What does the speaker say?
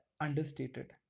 understated